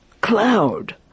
cloud